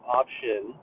option